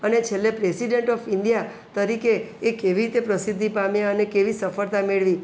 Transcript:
અને છેલ્લે president of India તરીકે એ કેવી રીતે પ્રસિદ્ધિ પામ્યા અને કેવી સફળતા મેળવી